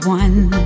one